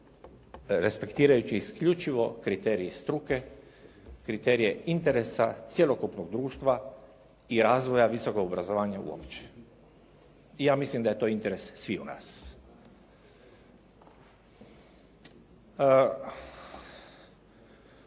respektirajući isključivo kriterij struke, kriterije interesa cjelokupnog društva i razvoj visokog obrazovanja uopće. I ja mislim da je to interes sviju nas!